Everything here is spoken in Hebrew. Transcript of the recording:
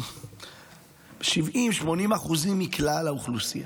היא 70% 80% מכלל האוכלוסייה.